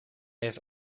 heeft